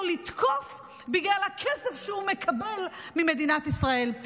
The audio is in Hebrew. לתקוף בגלל הכסף שהוא מקבל ממדינת ישראל.